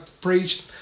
preach